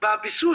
ומאז אני בבית.